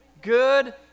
Good